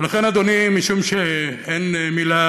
ולכן, אדוני, משום שאין מילה